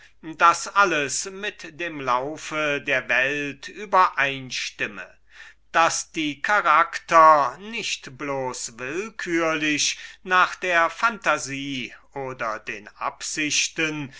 daß alles mit dem lauf der welt übereinstimme daß die charakter nicht willkürlich und bloß nach der phantasie oder den absichten